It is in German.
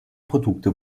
produkte